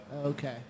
Okay